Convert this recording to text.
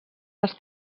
les